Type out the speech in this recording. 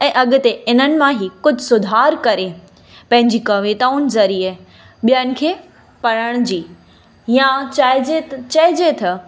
ऐं अॻिते इन्हनि मां ई कुझु सुधार करे पंहिंजी कविताउंनि ज़रिये ॿियनि खे पढ़ण जी या चाइजे चइजे थ